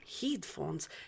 Headphones